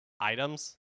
items